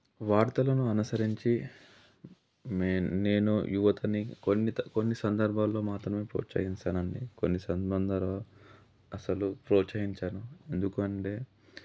వార్తలను అనుసరించి మే నేను యువతని కొన్ని కొన్ని సందర్భాల్లో మాత్రమే ప్రోత్సహిస్తాను అండి కొన్ని సంబందాల అసలు ప్రోత్సహించను ఎందుకు అంటే